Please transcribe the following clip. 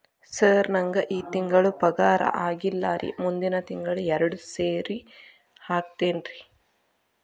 sir ನಂಗ ಈ ತಿಂಗಳು ಪಗಾರ ಆಗಿಲ್ಲಾರಿ ಮುಂದಿನ ತಿಂಗಳು ಎರಡು ಸೇರಿ ಹಾಕತೇನ್ರಿ